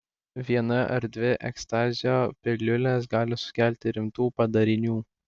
viena ar dvi ekstazio piliulės gali sukelti rimtų padarinių